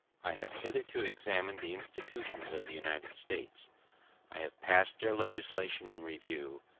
i have hitherto examined the institutions of the united states i have passed their legislation in review,